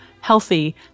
healthy